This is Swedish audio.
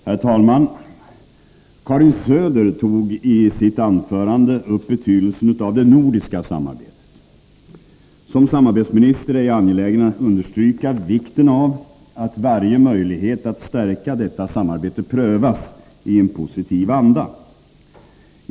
Herr talman! Karin Söder tog i sitt anförande upp betydelsen av det nordiska samarbetet. Som samarbetsminister är jag angelägen att understryka vikten av att varje möjlighet att stärka detta samarbete prövas i en positiv anda.